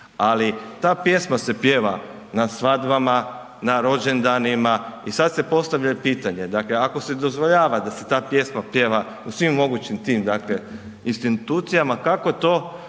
Ali ta pjesma se pjeva na svadbama, na rođendanima i sad se postavlja pitanje, dakle ako se dozvoljava da se ta pjesma pjeva u svim moguće tim institucijama kako to